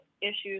issues